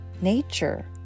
nature